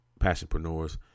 Passionpreneurs